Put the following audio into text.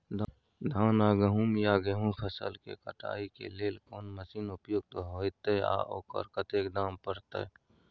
धान आ गहूम या गेहूं फसल के कटाई के लेल कोन मसीन उपयुक्त होतै आ ओकर कतेक दाम परतै?